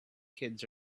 kids